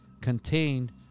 contained